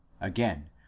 again